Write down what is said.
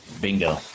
Bingo